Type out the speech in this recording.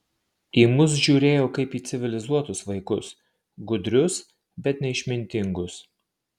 į mus žiūrėjo kaip į civilizuotus vaikus gudrius bet neišmintingus